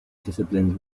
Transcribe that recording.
disciplines